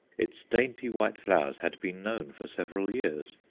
its dainty white flowers had been known for several years.